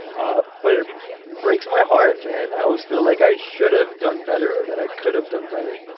ah but it breaks my heart. then i always feel like i should have done better, that i could have done better